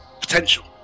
potential